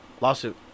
Lawsuit